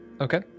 okay